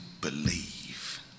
believe